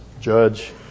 judge